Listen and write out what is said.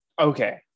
Okay